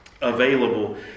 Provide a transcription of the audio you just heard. available